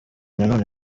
nanone